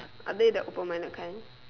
are they the open-minded kind